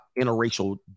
interracial